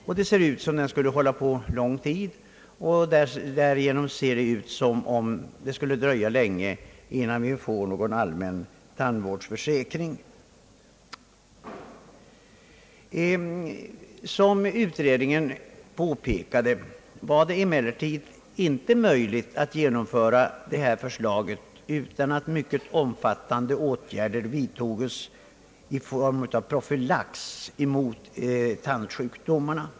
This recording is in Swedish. Det verkar därför som om den skulle hålla på lång tid, och det ser ut som om det skulle dröja länge, innan vi får en allmän tandvårdsförsäkring. Som redan sjukförsäkringsutredningen påpekade, är det emellertid inte möjligt att praktiskt genomföra förslaget om allmän tandvårdsförsäkring utan att först mycket omfattande åtgärder vidtas i form av profylax mot tandsjukdomarna.